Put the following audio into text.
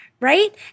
Right